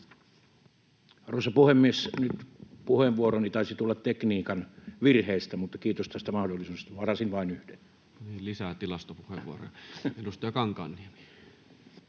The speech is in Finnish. Arvoisa puhemies! Nyt puheenvuoroni taisi tulla tekniikan virheestä, mutta kiitos tästä mahdollisuudesta. Varasin vain yhden. No niin, lisää tilastopuheenvuoroja. — Edustaja Kankaanniemi.